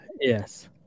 Yes